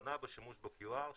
הכוונה בשימוש ב-QR היא